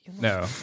No